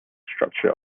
structure